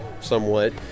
somewhat